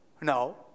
No